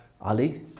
Ali